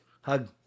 hug